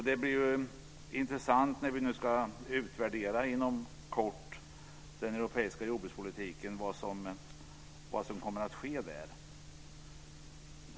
Det blir ju intressant att se vad som kommer att ske när vi nu inom kort ska utvärdera den europeiska jordbrukspolitiken.